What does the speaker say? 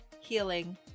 Healing